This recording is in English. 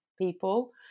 people